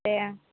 दे